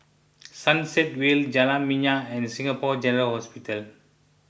Sunset Vale Jalan Minyak and Singapore General Hospital